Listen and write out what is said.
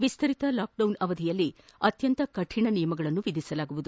ವಿಸ್ತರಿತ lockdown ಅವಧಿಯಲ್ಲಿ ಅತ್ತಂತ ಕಠಿಣ ನಿಯಮಗಳನ್ನು ವಿಧಿಸಲಾಗುವುದು